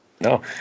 No